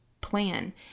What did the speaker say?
plan